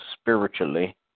spiritually